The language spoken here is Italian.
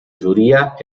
giuria